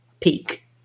peak